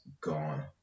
gone